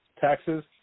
taxes